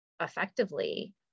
effectively